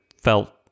felt